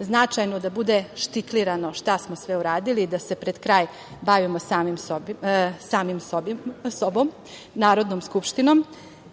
značajno da bude štiklirano šta smo sve uradili i da se pred kraj bavimo sami sobom, Narodnom skupštinom,